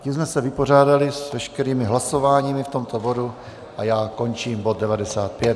Tím jsme se vypořádali s veškerými hlasováními k tomuto bodu a já končím bod 95.